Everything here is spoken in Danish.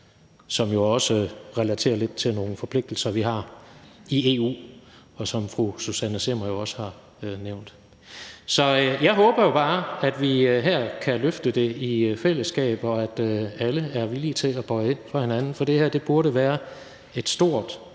som jo også relaterer sig lidt til nogle forpligtelser, vi har i EU, og som fru Susanne Zimmer jo også har nævnt. Så jeg håber jo bare, at vi her kan løfte det i fællesskab, og at alle er villige til at bøje sig for hinanden, for det her burde være et stort